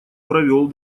провел